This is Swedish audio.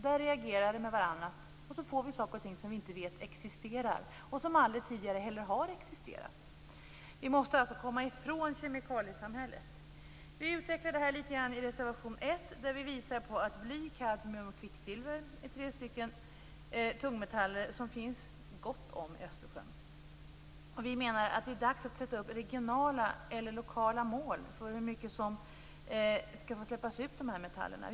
Det reagerar med vartannnat, och vi får saker och ting som vi inte vet att de existerar och som aldrig tidigare har existerat. Vi måste alltså komma ifrån kemikaliesamhället. Vi utvecklar det här i reservation 1, där vi visar att bly, kadmium och kvicksilver är tre tungmetaller som det finns gott om i Östersjön. Vi menar att det är dags att sätta upp regionala eller lokala mål för hur mycket som skall få släppas ut av de här metallerna.